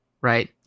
right